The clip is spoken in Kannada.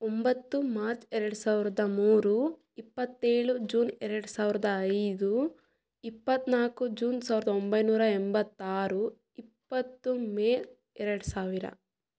ಒಂಬತ್ತು ಮಾರ್ಚ್ ಎರಡು ಸಾವಿರದ ಮೂರು ಇಪ್ಪತ್ತೇಳು ಜೂನ್ ಎರಡು ಸಾವಿರದ ಐದು ಇಪ್ಪತ್ನಾಲ್ಕು ಜೂನ್ ಸಾವಿರದ ಒಂಬೈನೂರ ಎಂಬತ್ತಾರು ಇಪ್ಪತ್ತು ಮೇ ಎರಡು ಸಾವಿರ